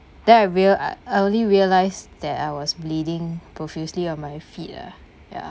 then I rea~ I only realised that I was bleeding profusely on my feet ah ya